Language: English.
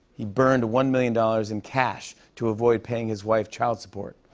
he burned one million dollars in cash to avoid paying his wife child support.